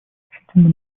исключительно